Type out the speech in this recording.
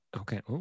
Okay